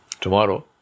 tomorrow